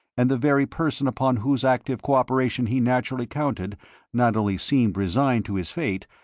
and the very person upon whose active cooperation he naturally counted not only seemed resigned to his fate,